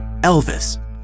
Elvis